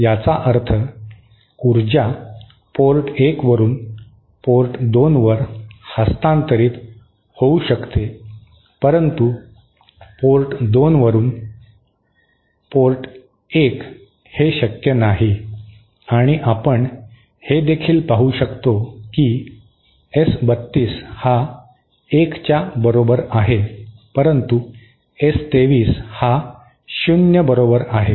याचा अर्थ ऊर्जा पोर्ट 1 वरून पोर्ट 2 वर हस्तान्तरीत होऊ शकते परंतु पोर्ट 2 वरून 1 पोर्ट 1 हे शक्य नाही आणि आपण हे देखील पाहू शकतो की एस 32 हा 1 च्या बरोबर आहे परंतु एस 23 हा शून्य बरोबर आहे